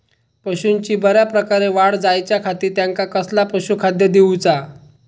पशूंची बऱ्या प्रकारे वाढ जायच्या खाती त्यांका कसला पशुखाद्य दिऊचा?